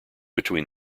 between